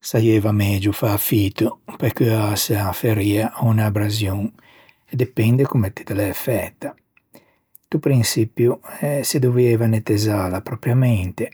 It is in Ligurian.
Saieiva megio fâ fito pe curâse a feria ò unn'abrasion, depende comme ti te l'æ fæeta. Pe prinçipio se dovieiva nettezzâla propriamente,